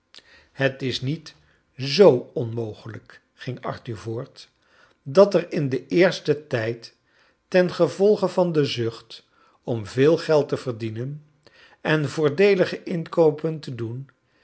het is niet zoo onmogelijk ging arthur voort dat er in den eersten tijd tengevolge van den zucht om veel geld te verdienen en voordeelige inkoopen te doen